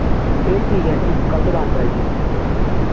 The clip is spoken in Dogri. ए ठीक ऐ आंटी कल दूकान पर आई जायो